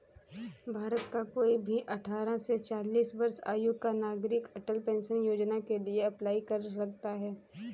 भारत का कोई भी अठारह से चालीस वर्ष आयु का नागरिक अटल पेंशन योजना के लिए अप्लाई कर सकता है